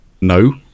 no